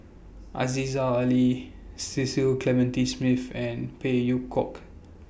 Aziza Ali Cecil Clementi Smith and Phey Yew Kok